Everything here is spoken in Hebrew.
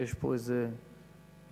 שיש פה איזה ליקוי.